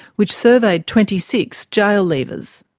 which surveyed twenty six jail leavers.